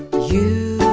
you